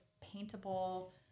paintable